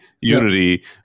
Unity